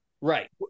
Right